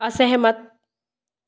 असहमत